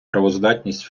правоздатність